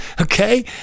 okay